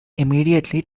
immediately